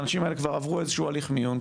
האנשים האלה כבר עברו איזשהו הליך מיון,